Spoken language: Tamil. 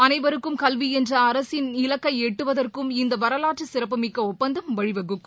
அனைவருக்கும் கல்வி என்ற அரசின் இலக்கை எட்டுவதற்கும் இந்த வரவாற்று சிறப்பு மிக்க ஒப்பந்தம் வழிவகுக்கும்